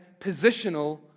positional